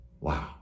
Wow